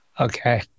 Okay